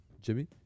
Jimmy